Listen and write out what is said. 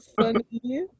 funny